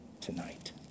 tonight